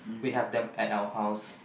we have them at our house